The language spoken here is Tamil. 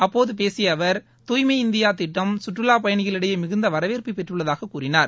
அப்போது பேசிய அவர் தூய்மை இந்தியா திட்டம் சுற்றுலாப் பயணிகளிடையே மிகுந்த வரவேற்பை பெற்றுள்ளதாக கூறினார்